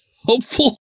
Hopeful